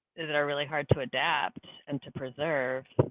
is that are really hard to adapt and to preserve.